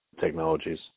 technologies